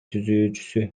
түзүүчүсү